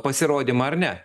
pasirodymą ar ne